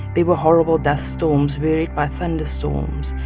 there were horrible dust storms, varied by thunderstorms.